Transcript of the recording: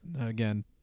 again